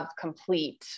complete